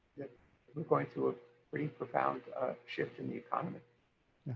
that we're going to a pretty profound shift in the economy.